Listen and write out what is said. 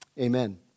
Amen